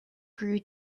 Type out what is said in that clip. grew